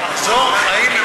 מחזור חיים ממוצע.